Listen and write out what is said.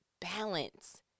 balance